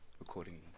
accordingly